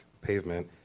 pavement